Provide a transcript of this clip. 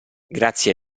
grazie